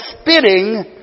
spitting